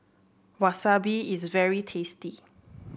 wasabi is very tasty